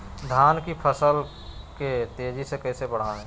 धान की फसल के तेजी से कैसे बढ़ाएं?